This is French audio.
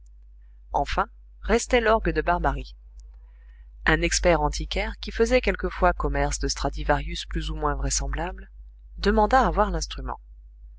enfin restait l'orgue de barbarie un expert antiquaire qui faisait quelquefois commerce de stradivarius plus ou moins vraisemblables demanda à voir l'instrument